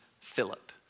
Philip